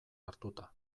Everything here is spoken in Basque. hartuta